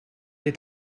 est